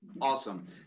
awesome